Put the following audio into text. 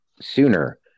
sooner